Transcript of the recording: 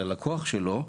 ללקוח שלו,